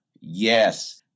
Yes